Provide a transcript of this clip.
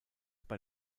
bei